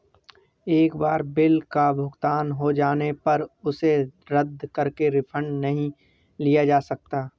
एक बार बिल का भुगतान हो जाने पर उसे रद्द करके रिफंड नहीं लिया जा सकता